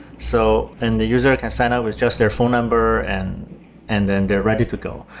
so and the user can sign up with just their phone number and and then they're ready to go.